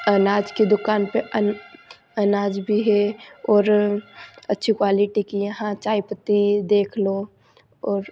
अनाज की दुकान पर अन अनाज भी है और अच्छी क्वालिटी की यहाँ चायपत्ती देख लो और